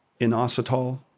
inositol